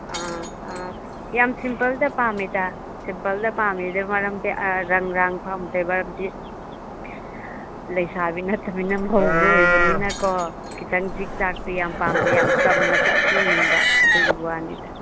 ꯑ ꯑ ꯌꯥꯝ ꯁꯤꯝꯄꯜꯗ ꯄꯥꯝꯃꯦꯗ ꯁꯤꯝꯄꯜꯗ ꯄꯥꯝꯃꯤꯗꯨ ꯃꯔꯝꯁꯦ ꯔꯪ ꯔꯥꯡ ꯄꯥꯝꯗꯦꯕ ꯃꯔꯝꯗꯤ ꯂꯩꯁꯥꯕꯤ ꯅꯠꯇꯃꯤꯅ ꯃꯧꯒ ꯑꯣꯏꯕꯅꯤꯅꯀꯣ ꯈꯤꯇꯪ ꯖꯤꯛ ꯖꯥꯛꯁꯦ ꯌꯥꯝ ꯄꯥꯝꯗꯦ ꯌꯥꯝ ꯆꯝꯅ ꯆꯠꯅꯤꯡꯕ ꯑꯗꯨꯒꯤ ꯋꯥꯅꯤꯗ